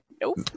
Nope